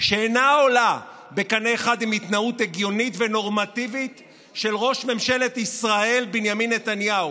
אחד עם התנהגות הגיונית ונורמטיבית של ראש ממשלת ישראל בנימין נתניהו.